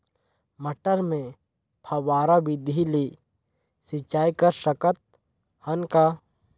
मटर मे फव्वारा विधि ले सिंचाई कर सकत हन का?